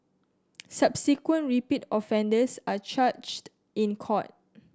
subsequent repeat offenders are charged in court